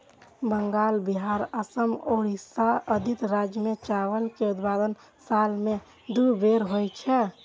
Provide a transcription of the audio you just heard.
बंगाल, बिहार, असम, ओड़िशा आदि राज्य मे चावल के उत्पादन साल मे दू बेर होइ छै